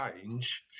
change